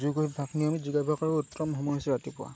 যোগ অভ্যাস নিয়মিত যোগ অভ্যাসৰো উত্তম সময় হৈছে ৰাতিপুৱা